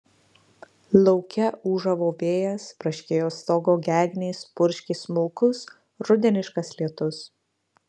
lauke ūžavo vėjas braškėjo stogo gegnės purškė smulkus rudeniškas lietus